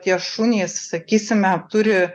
tie šunys sakysime turi